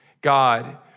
God